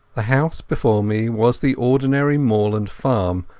the house before me was the ordinary moorland farm,